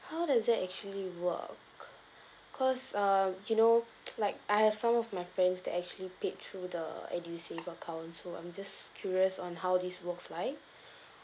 how does that actually work cause err you know like I have some of my friends that actually paid through the edusave account so I'm just curious on how this works like